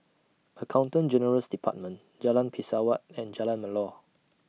Accountant General's department Jalan Pesawat and Jalan Melor